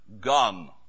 gone